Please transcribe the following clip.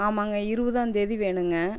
ஆமாங்க இருபதாம் தேதி வேணுங்க